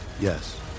Yes